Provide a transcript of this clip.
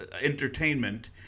entertainment